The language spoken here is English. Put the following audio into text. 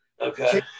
Okay